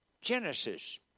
Genesis